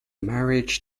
marriage